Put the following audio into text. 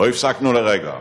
לא הפסקנו לרגע,